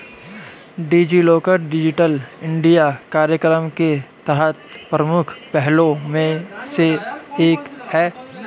DigiLocker digital India कार्यक्रम के तहत प्रमुख पहलों में से एक है